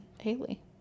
Haley